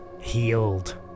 healed